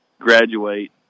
graduate